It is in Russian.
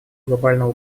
глобального